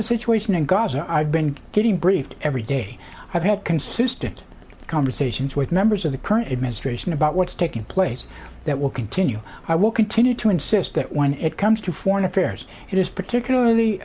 the situation in gaza i've been getting briefed every day i've had consistent conversations with members of the current administration about what's taking place that will continue i will continue to insist that when it comes to foreign affairs it is particularly